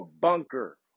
bunker